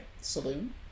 Saloon